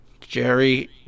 Jerry